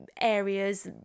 areas